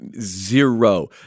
zero